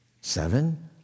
Seven